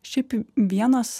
šiaip vienas